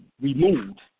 removed